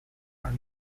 are